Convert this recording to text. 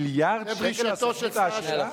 מיליארד שקל לסוכנות העשירה?